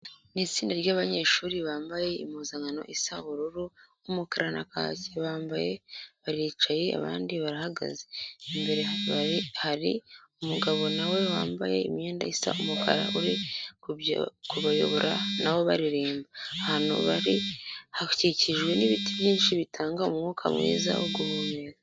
Ni itsinda ry'abanyeshuri bambaye impuzankano isa ubururu, umukara na kake. Bamwe baricaye abandi barahagaze, imbere hari umugabo na we wambaye imyenda isa umukara uri kubayobora na bo baririmba. Ahantu bari hakikijwe n'ibiti byinshi bitanga umwuka mwiza wo guhumeka.